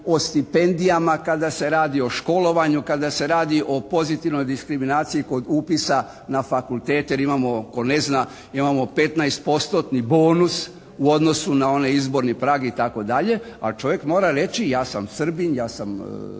o stipendijama, kada se radi o školovanju, kada se radi o pozitivnoj diskriminaciji kod upisa na fakultete jer imamo tko ne zna mi imamo petnaest postotni bonus u odnosu na onaj izborni prag itd. Ali čovjek mora reći ja sam Srbin, ja sam